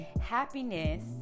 Happiness